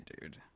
dude